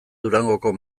durangoko